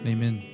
Amen